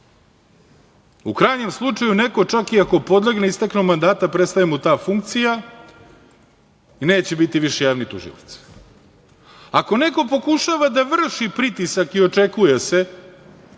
U krajnjem slučaju, ako neko čak i podlegne istekom mandata prestaje mu ta funkcija, neće biti više javni tužilac. Ako neko pokušava da vrši pritisak i očekuje se,